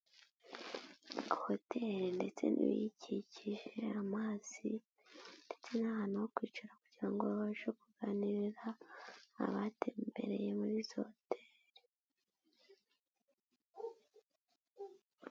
Hoteli ndetse n'ibiyikikije, amazi ndetse n'ahantu ho kwicara kugira ngo babashe kuganirira, abatembereye muri izo hoteli.